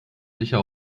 sicher